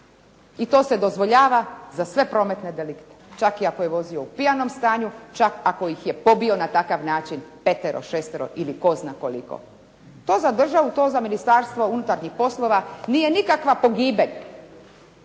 i to se dozvoljava, za sve prometne delikte, čak i ako je vozio u pijanom stanju, čak ako ih je pobio na takav način petero, šestero ili tko zna koliko. To za državu, to za Ministarstvo unutarnjih poslova nije nikakva pogibelj.